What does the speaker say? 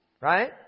Right